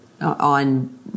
on